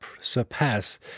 surpass